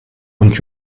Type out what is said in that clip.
und